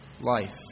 life